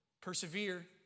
Persevere